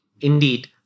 Indeed